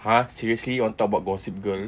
!huh! seriously you want talk about gossip girl